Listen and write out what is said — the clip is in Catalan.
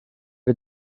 que